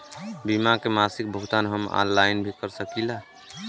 बीमा के मासिक भुगतान हम ऑनलाइन भी कर सकीला?